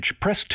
Press